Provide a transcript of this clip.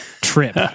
trip